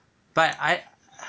but I